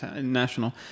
national